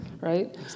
right